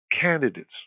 candidates